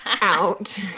out